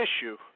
issue